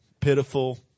pitiful